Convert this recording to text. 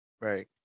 Right